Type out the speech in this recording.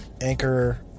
anchor